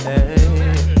Hey